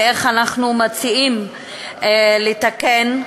ואיך אנחנו מציעים לתקן,